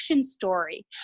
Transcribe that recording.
story